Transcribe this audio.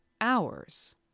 hours